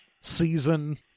season